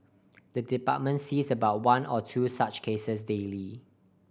the department sees about one or two such cases daily